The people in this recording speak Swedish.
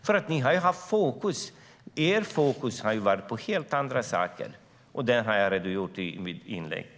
Ert fokus har varit på helt andra saker, och dessa har jag redogjort för i mitt anförande.